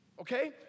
okay